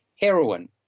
heroin